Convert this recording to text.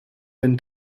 been